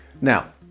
Now